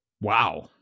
wow